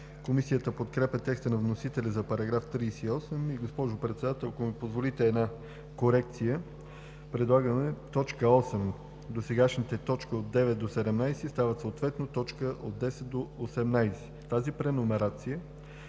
Комисията подкрепя текста на вносителя за § 38. Госпожо Председател, ако ми позволите една корекция – предлагаме в т. 8 досегашните точки от 9 до 17 да станат съответно точки от 10 до 18. Тази преномерация